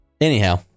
anyhow